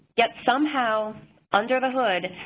yet, somehow under the hood,